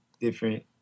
different